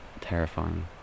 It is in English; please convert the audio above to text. terrifying